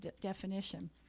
definition